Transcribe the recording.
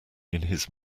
his